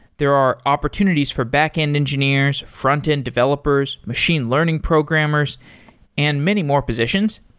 there are opportunities for back-end engineers, front-end developers, machine learning programmers and many more positions.